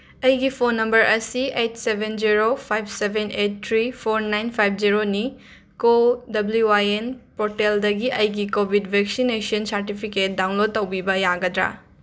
ꯑꯩꯒꯤ phone number ꯑꯁꯤ eight seven zero five seven eight three four nine five ꯖꯦꯔꯣꯅꯤ Co W I N ꯄꯣꯔꯇꯦꯜꯗꯒꯤ ꯑꯩꯒꯤ Covid vaccination certificate download ꯇꯧꯕꯤꯕ ꯌꯥꯒꯗ꯭ꯔꯥ